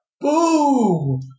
Boom